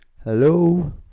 Hello